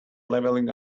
leveling